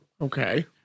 Okay